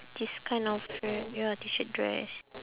this kind of shirt ya T shirt dress